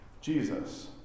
Jesus